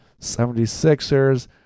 76ers